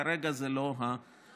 כרגע זה לא המצב.